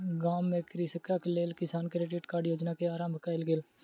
गाम में कृषकक लेल किसान क्रेडिट कार्ड योजना के आरम्भ कयल गेल